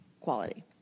quality